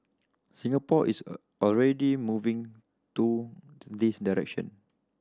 Singapore is a already moving to this direction